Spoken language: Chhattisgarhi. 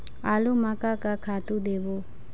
आलू म का का खातू देबो?